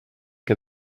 que